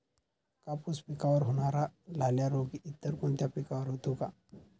कापूस पिकावर होणारा लाल्या रोग इतर कोणत्या पिकावर होतो?